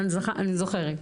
אני זוכרת.